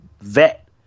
vet